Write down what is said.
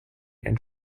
and